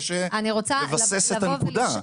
קשה לבסס את הנקודה.